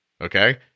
okay